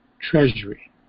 treasury